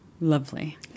lovely